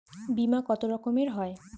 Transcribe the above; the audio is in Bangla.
বিমা কত রকমের হয়?